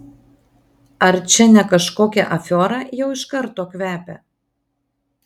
ar čia ne kažkokia afiora jau iš karto kvepia